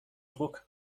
druck